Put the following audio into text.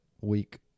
week